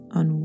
on